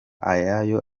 ajyayo